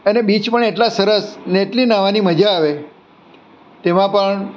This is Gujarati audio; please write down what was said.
અને બીચ પણ એટલા સરસ ને એટલી નાહવાની મજા આવે તેમાં પણ